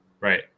Right